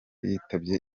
yitabye